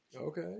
Okay